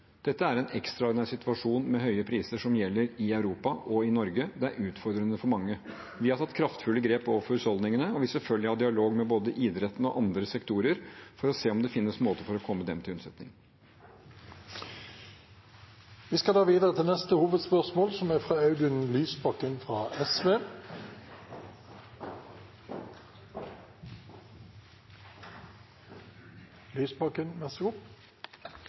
Dette er en ekstraordinær situasjon med høye priser som gjelder i Europa og i Norge. Det er utfordrende for mange. Vi har tatt kraftfulle grep overfor husholdningene, og vi vil selvfølgelig ha dialog med både idretten og andre sektorer for å se om det finnes måter for å komme dem til unnsetning. Vi går videre til neste hovedspørsmål. Det er